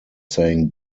saying